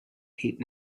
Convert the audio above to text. heat